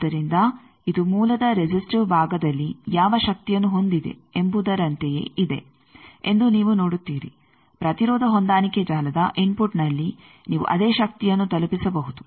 ಆದ್ದರಿಂದ ಇದು ಮೂಲದ ರೆಸಿಸ್ಟಿವ್ ಭಾಗದಲ್ಲಿ ಯಾವ ಶಕ್ತಿಯನ್ನು ಹೊಂದಿದೆ ಎಂಬುದರಂತೆಯೇ ಇದೆ ಎಂದು ನೀವು ನೋಡುತ್ತೀರಿ ಪ್ರತಿರೋಧ ಹೊಂದಾಣಿಕೆ ಜಾಲದ ಇನ್ಫುಟ್ನಲ್ಲಿ ನೀವು ಅದೇ ಶಕ್ತಿಯನ್ನು ತಲುಪಿಸಬಹುದು